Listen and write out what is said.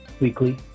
weekly